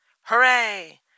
Hooray